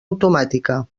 automàtica